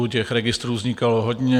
Těch registrů vznikalo hodně.